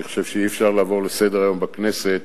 אני חושב שאי-אפשר לעבור לסדר-היום בכנסת